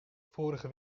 vorige